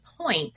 point